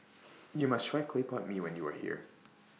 YOU must Try Clay Pot Mee when YOU Are here